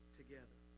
together